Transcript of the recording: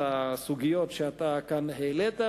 בסוגיות שאתה כאן העלית,